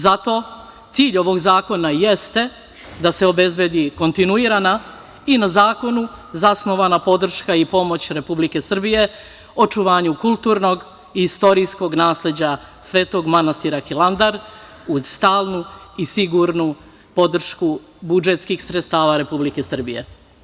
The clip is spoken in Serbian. Zato cilj ovog zakona i jeste da se obezbedi kontinuirana i na zakonu zasnovana podrška i pomoć Republike Srbije, očuvanju kulturnog i istorijskog nasleđa Svetog manastira Hilandar, uz stalnu i sigurnu podršku budžetskih sredstava Republike Srbije.